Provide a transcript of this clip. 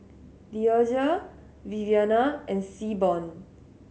Deasia Viviana and Seaborn